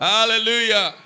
Hallelujah